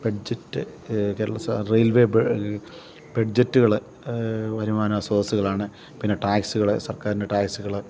budget Kerala railway ബഡ്ജറ്റ്കൾ വരുമാന സ്രോതസ്സുകളാണ് പിന്നെ ട്ടാക്സ്കൾ സർക്കാര്ൻ്റെ ട്ടാക്സ്കൾ